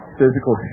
physical